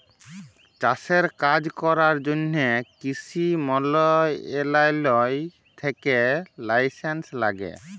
চাষের কাজ ক্যরার জ্যনহে কিসি মলত্রলালয় থ্যাকে লাইসেলস ল্যাগে